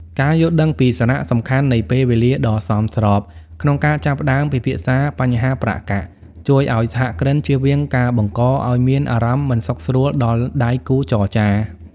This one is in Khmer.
ការយល់ដឹងពីសារៈសំខាន់នៃ "ពេលវេលាដ៏សមស្រប" ក្នុងការចាប់ផ្ដើមពិភាក្សាបញ្ហាប្រាក់កាស ជួយឱ្យសហគ្រិនជៀសវាងការបង្កឱ្យមានអារម្មណ៍មិនសុខស្រួលដល់ដៃគូចរចា។